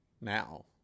now